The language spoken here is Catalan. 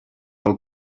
pel